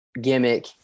gimmick